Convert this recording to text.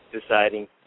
deciding